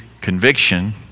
conviction